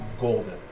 golden